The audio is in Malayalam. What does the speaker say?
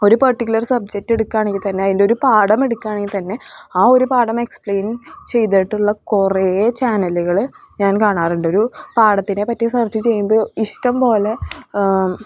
ഒരു പർട്ടിക്കുലർ സബ്ജെറ്റ് എടുക്കുവാണെങ്കിൽ തന്നെ അതിൻ്റെ ഒരു പാഠം എടുക്കുവാണെങ്കിൽ തന്നെ ആ ഒരു പാഠം എക്സ്പ്ലൈൻ ചെയ്തിട്ടുള്ള കുറേ ചാനലുകൾ ഞാൻ കാണാറുണ്ട് ഒരു പാഠത്തിനെപ്പറ്റി സെർച്ച് ചെയ്യുമ്പോൾ ഇഷ്ടംപോലെ